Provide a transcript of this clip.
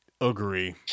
Agree